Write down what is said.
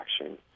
action